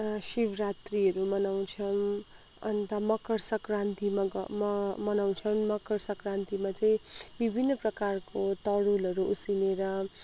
शिवरात्रीहरू मनाउँछौँ अन्त मकर सङ्क्रान्तिमा ग म मनाउँछम् मकर सङ्क्रान्तिमा चाहिँ विभिन्न प्रकारको तरुलहरू उसिनेर